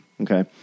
okay